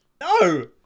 No